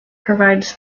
provides